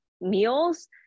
meals